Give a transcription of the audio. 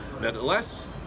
Nevertheless